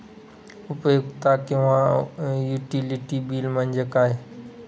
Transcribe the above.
उपयुक्तता किंवा utility bill म्हणजे काय?